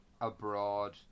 abroad